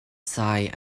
sai